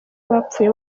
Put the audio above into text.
bapfuye